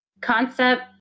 concept